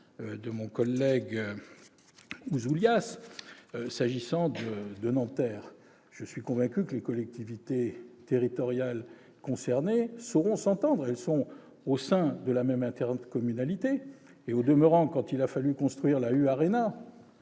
de mon collègue Pierre Ouzoulias s'agissant de Nanterre. Je suis convaincu que les collectivités territoriales concernées sauront s'entendre, elles sont au sein de la même intercommunalité. Au demeurant, quand il a fallu construire la U ARENA